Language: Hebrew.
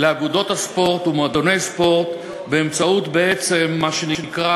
לאגודות הספורט ומועדוני ספורט באמצעות מה שנקרא,